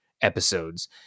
episodes